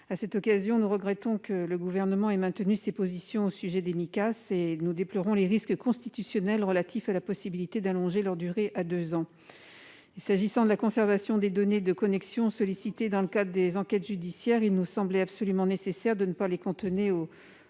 À cette occasion, nous regrettons que le Gouvernement ait maintenu ses positions au sujet des Micas et nous déplorons les risques constitutionnels relatifs à la possibilité d'allonger leur durée à deux ans. En ce qui concerne la conservation des données de connexion sollicitées dans le cadre des enquêtes judiciaires, il nous semblait absolument nécessaire de ne pas les cantonner aux